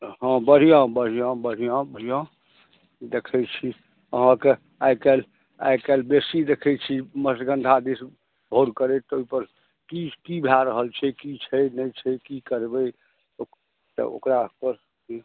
हॅं बढ़िऑं बढ़िऑं बढ़िऑं बढ़िऑं देखै छी अहाँकेँ आइकाल्हि आइकाल्हि बेसी देखै छी मसगन्धा दिश बहस करैत ओहिपर की भय रहल छै की छै नहि छै की करबै ओकरा पर की